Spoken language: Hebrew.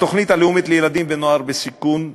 התוכנית הלאומית לילדים ונוער בסיכון,